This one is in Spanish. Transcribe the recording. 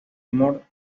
humor